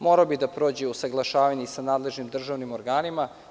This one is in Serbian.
Morao bi da prođe usaglašavanje i sa nadležnim državnim organima.